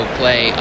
play